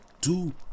two